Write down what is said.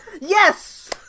Yes